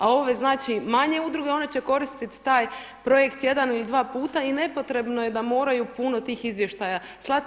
A ove manje udruge one će koristiti taj projekt jedan ili dva puta i nepotrebno je da moraju puno tih izvještaja slati.